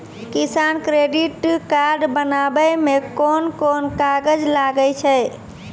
किसान credit card बनाबै मे कोन कोन कागज लागै छै?